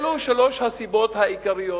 אלו שלוש הסיבות העיקריות.